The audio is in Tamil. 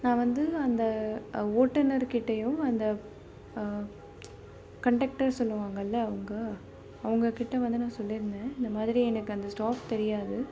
நான் வந்து அந்த ஓட்டுநர்கிட்டேயும் அந்த கண்டெக்டர் சொல்வாங்கல்ல அவங்க அவங்ககிட்ட வந்து நான் சொல்லி இருந்தேன் இந்த மாதிரி எனக்கு அந்த ஸ்டாப் தெரியாது